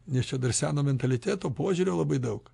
nes čia dar seno mentaliteto požiūrio labai daug